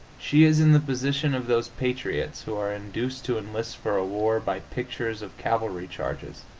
she is in the position of those patriots who are induced to enlist for a war by pictures of cavalry charges,